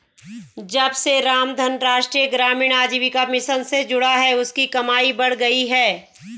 जब से रामधन राष्ट्रीय ग्रामीण आजीविका मिशन से जुड़ा है उसकी कमाई बढ़ गयी है